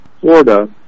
Florida